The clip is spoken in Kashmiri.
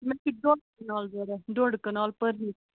مےٚ چھِ ڈۄڈ کنال ضوٚرَتھ ڈۄڈ کنال پٔر